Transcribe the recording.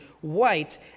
white